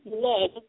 blood